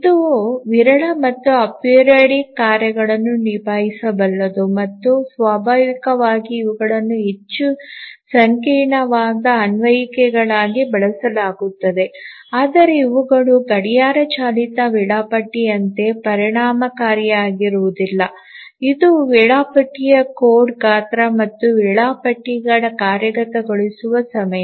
ಇದು ವಿರಳ ಮತ್ತು ಅಪೆರಿಯೊಡಿಕ್ ಕಾರ್ಯಗಳನ್ನು ನಿಭಾಯಿಸಬಲ್ಲದು ಮತ್ತು ಸ್ವಾಭಾವಿಕವಾಗಿ ಇವುಗಳನ್ನು ಹೆಚ್ಚು ಸಂಕೀರ್ಣವಾದ ಅನ್ವಯಿಕೆಗಳಾಗಿ ಬಳಸಲಾಗುತ್ತದೆ ಆದರೆ ಇವುಗಳು ಗಡಿಯಾರ ಚಾಲಿತ ವೇಳಾಪಟ್ಟಿ ಯಂತೆ ಪರಿಣಾಮಕಾರಿಯಾಗಿರುವುದಿಲ್ಲ ಇದು ವೇಳಾಪಟ್ಟಿಗಳ ಕೋಡ್ ಗಾತ್ರ ಮತ್ತು ವೇಳಾಪಟ್ಟಿಗಳ ಕಾರ್ಯಗತಗೊಳಿಸುವ ಸಮಯ